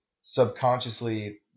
subconsciously